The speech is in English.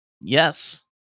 Yes